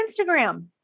Instagram